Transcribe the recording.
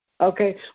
Okay